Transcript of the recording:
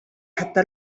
حتى